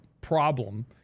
problem